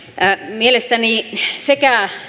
mielestäni sekä